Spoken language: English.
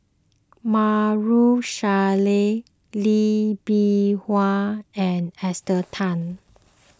Maarof Salleh Lee Bee Wah and Esther Tan